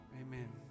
amen